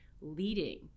leading